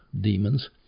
demons